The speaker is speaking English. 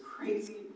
crazy